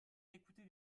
écoutez